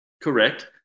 Correct